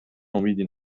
امیدی